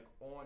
on